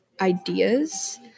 ideas